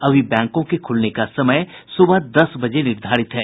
अभी बैंकों के खुलने का समय सुबह दस बजे निर्धारित है